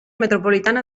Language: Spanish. metropolitana